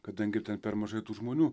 kadangi ten per mažai tų žmonių